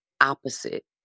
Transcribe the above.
opposite